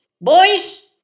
Boys